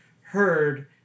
heard